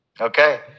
Okay